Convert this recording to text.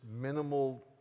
minimal